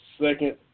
second